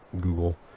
Google